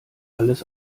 alles